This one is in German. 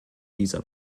dieser